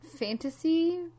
fantasy